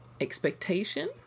expectation